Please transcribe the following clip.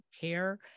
care